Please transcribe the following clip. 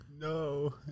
No